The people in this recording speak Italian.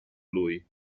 lui